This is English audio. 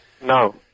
No